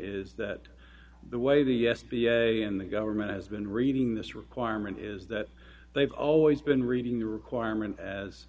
is that the way the s b a and the government has been reading this requirement is that they've always been reading the requirement as